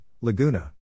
Laguna